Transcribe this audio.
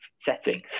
setting